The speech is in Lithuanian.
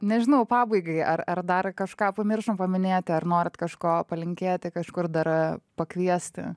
nežinau pabaigai ar ar dar kažką pamiršom paminėti ar norit kažko palinkėti kažkur dar pakviesti